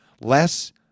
Less